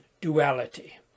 duality